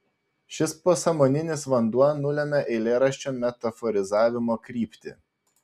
šis pasąmoninis vanduo nulemia eilėraščio metaforizavimo kryptį